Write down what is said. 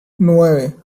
nueve